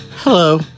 Hello